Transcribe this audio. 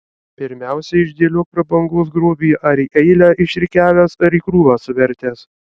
pirmiausia išdėliok prabangos grobį ar į eilę išrikiavęs ar į krūvą suvertęs